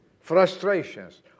frustrations